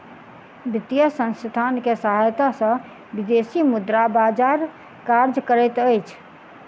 वित्तीय संसथान के सहायता सॅ विदेशी मुद्रा बजार कार्य करैत अछि